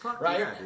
right